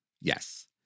yes